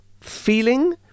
feeling